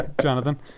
jonathan